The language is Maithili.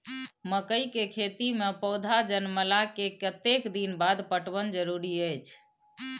मकई के खेती मे पौधा जनमला के कतेक दिन बाद पटवन जरूरी अछि?